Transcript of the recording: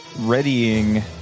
readying